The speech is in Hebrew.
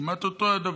כמעט אותו דבר.